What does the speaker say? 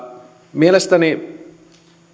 mielestäni